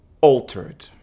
altered